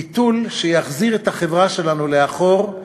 ביטול שיחזיר את החברה שלנו לאחור.